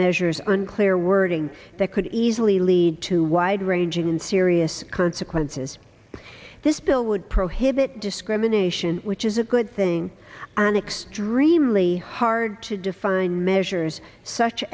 measures are unclear wording that could easily lead to wide ranging and serious consequences this bill would prohibit discrimination which is a good thing and extremely hard to define measures such